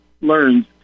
learns